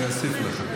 אני אוסיף לך.